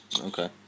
Okay